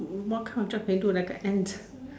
what kind of job can you do like a ants